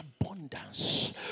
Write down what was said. abundance